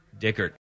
Dickert